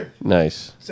nice